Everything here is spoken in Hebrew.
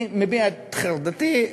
אני מביע את חרדתי,